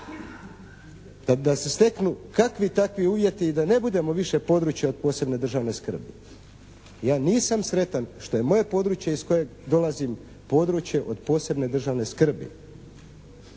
da se steknu kakvi takvi uvjeti i da ne budemo više područje od posebne državne skrbi. Ja nisam sretan što je moje područje iz kojeg dolazim područje od posebne državne skrbi